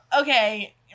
Okay